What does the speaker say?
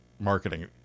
marketing